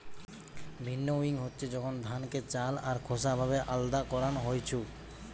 ভিন্নউইং হচ্ছে যখন ধানকে চাল আর খোসা ভাবে আলদা করান হইছু